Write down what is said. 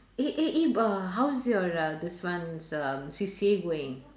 eh eh eh bu~ how's your uh this one's um C_C_A going